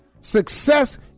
Success